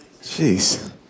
jeez